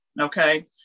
Okay